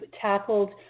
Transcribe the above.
tackled